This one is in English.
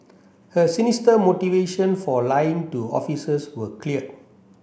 her sinister motivation for lying to officers were clear